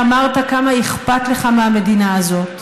ואמרת כמה אכפת לך מהמדינה הזאת.